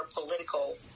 political